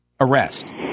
arrest